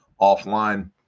offline